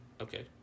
Okay